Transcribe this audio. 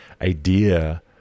idea